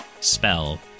spell